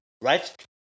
right